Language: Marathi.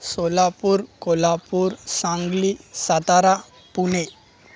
सोलापूर कोल्हापूर सांगली सातारा पुणे